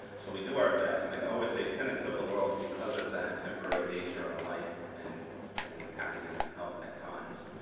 so we do our best and i always say tenants of the world because of that temporary nature of life and in happiness and health at times.